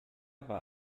war